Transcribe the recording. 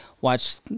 Watch